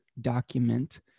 document